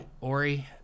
Ori